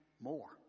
more